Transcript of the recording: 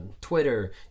Twitter